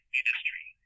industry